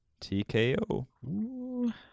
TKO